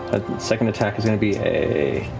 second attack is going to be a